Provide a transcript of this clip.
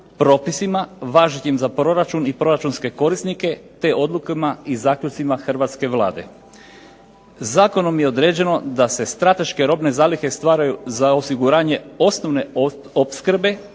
propisima važećim za proračun i proračunske korisnike, te odlukama i zaključcima hrvatske Vlade. Zakonom je određeno da se strateške robne zalihe stvaraju za osiguranje osnovne opskrbe